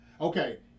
Okay